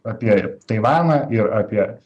apie taivaną ir apie